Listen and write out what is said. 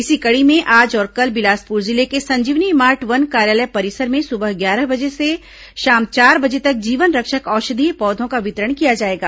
इसी कड़ी में आज और कल बिलासपुर जिले के संजीवनी मार्ट वन कार्यालय परिसर में सुबह ग्यारह बजे से शाम चार बजे तक जीवनरक्षक औषधीय पौधों का वितरण किया जाएगा